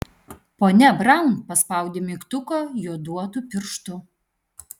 ponia braun paspaudė mygtuką joduotu pirštu